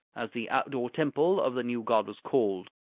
as the outdoor temple of the new god was called.